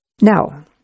Now